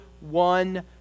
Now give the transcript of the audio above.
one